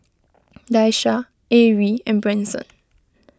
Daisha Arie and Branson